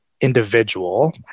individual